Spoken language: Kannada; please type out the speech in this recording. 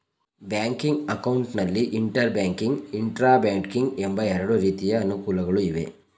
ಬ್ಯಾಂಕಿಂಗ್ ಅಕೌಂಟ್ ನಲ್ಲಿ ಇಂಟರ್ ಬ್ಯಾಂಕಿಂಗ್, ಇಂಟ್ರಾ ಬ್ಯಾಂಕಿಂಗ್ ಎಂಬ ಎರಡು ರೀತಿಯ ಅನುಕೂಲಗಳು ಇವೆ